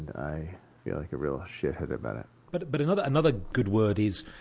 i feel like a real shithead about it but it but another another good word is!